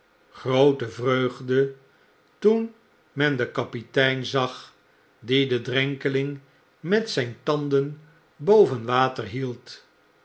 froote vreugde toen men den kapitein zag die en drenkeling met zjn tanden boven water hield